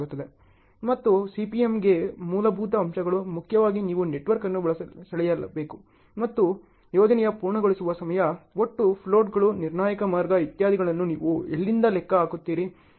ಮತ್ತು CPMಗೆ ಮೂಲಭೂತ ಅಂಶಗಳು ಮುಖ್ಯವಾಗಿ ನೀವು ನೆಟ್ವರ್ಕ್ ಅನ್ನು ಸೆಳೆಯಬೇಕು ಮತ್ತು ಯೋಜನೆಯ ಪೂರ್ಣಗೊಳಿಸುವ ಸಮಯ ಒಟ್ಟು ಫ್ಲೋಟ್ಗಳು ನಿರ್ಣಾಯಕ ಮಾರ್ಗ ಇತ್ಯಾದಿಗಳನ್ನು ನೀವು ಎಲ್ಲಿಂದ ಲೆಕ್ಕ ಹಾಕುತ್ತೀರಿ